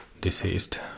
deceased